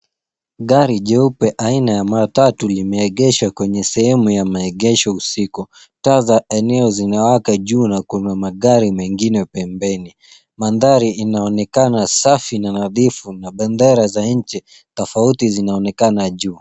Gari jeupe aina ya matatu limeegeshwa kwenye sehemu ya maegesho usiku. Taa za eneo zimewaka juu na kuna magari mengine pembeni. Mandhari inaonekana safi na nadhifu na bendera za nchi tofauti zinaonekana juu.